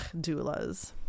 doulas